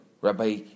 Rabbi